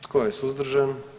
Tko je suzdržan?